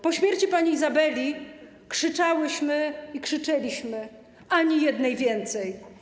Po śmierci pani Izabeli krzyczałyśmy i krzyczeliśmy: Ani jednej więcej!